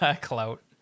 Clout